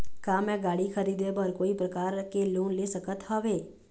का मैं गाड़ी खरीदे बर कोई प्रकार के लोन ले सकत हावे?